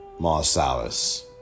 Marsalis